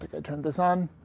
think i turned this on.